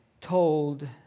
told